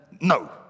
no